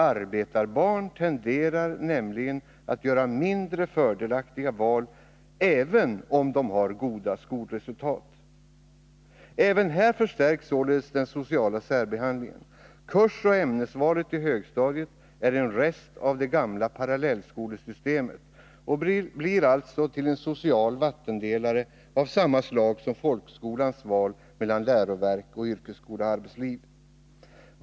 Arbetarbarn tenderar nämligen att göra mindre fördelaktiga val, även om de har goda skolresultat. Även här förstärks således den sociala särbehandlingen. Kursoch ämnesvalet i högstadiet är en rest av det gamla parallellskolesystemet och blir alltså till en social vattendelare av samma slag som valet efter folkskolan mellan läroverk och yrkesskola/arbetsliv.